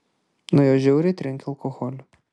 nuo jo žiauriai trenkia alkoholiu